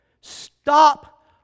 Stop